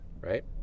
right